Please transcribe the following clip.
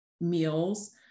meals